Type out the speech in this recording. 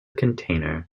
container